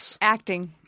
acting